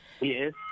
yes